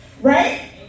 Right